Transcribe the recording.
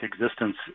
existence